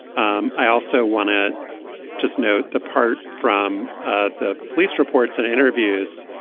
um i also want to just note the part from ah the police reports and interviews.